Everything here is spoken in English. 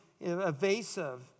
evasive